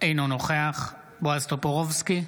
אינו נוכח בועז טופורובסקי,